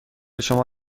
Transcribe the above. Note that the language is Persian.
شما